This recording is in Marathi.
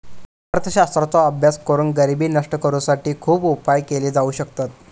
अर्थशास्त्राचो अभ्यास करून गरिबी नष्ट करुसाठी खुप उपाय केले जाउ शकतत